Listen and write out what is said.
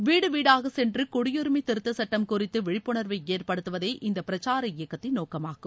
வீடு வீடாக சென்று குடியுரிமை திருத்தச் சட்டம் குறித்து விழிப்புணர்வை ஏற்படுத்துவதே இந்த பிரச்சார இயக்கத்தின் நோக்கமாகும்